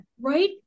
Right